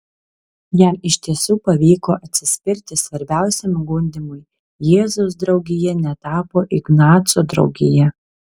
jam iš tiesų pavyko atsispirti svarbiausiam gundymui jėzaus draugija netapo ignaco draugija